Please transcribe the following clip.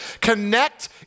connect